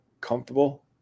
comfortable